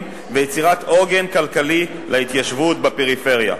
ויצירת עוגן כלכלי להתיישבות בפריפריה.